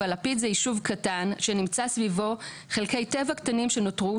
אבל לפיד הוא ישוב קטן שנמצא סביבו חלקי טבע קטנים שנותרו,